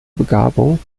begabung